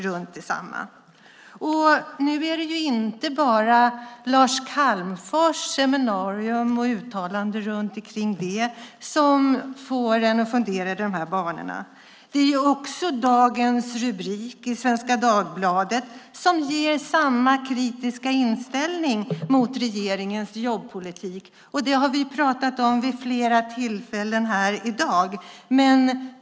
Nu är det inte bara Lars Calmfors seminarium och uttalanden kring det som får en att fundera i de här banorna, utan också dagens rubrik i Svenska Dagbladet visar samma kritiska inställning till regeringens jobbpolitik. Det har vi pratat om vid flera tillfällen här i dag.